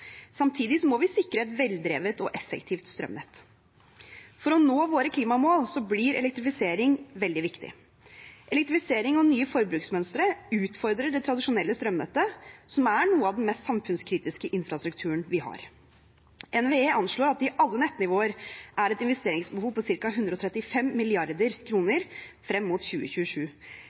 må vi sikre et veldrevet og effektivt strømnett. For å nå våre klimamål blir elektrifisering veldig viktig. Elektrifisering og nye forbruksmønstre utfordrer det tradisjonelle strømnettet, som er noe av den mest samfunnskritiske infrastrukturen vi har. NVE anslår at det i alle nettnivåer er et investeringsbehov på ca. 135 mrd. kr frem mot 2027.